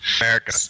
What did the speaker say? America